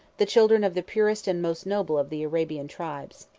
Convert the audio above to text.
the children of the purest and most noble of the arabian tribes.